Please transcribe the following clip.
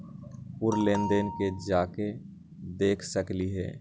पूर्व लेन देन में जाके देखसकली ह?